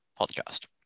podcast